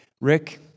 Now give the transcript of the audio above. Rick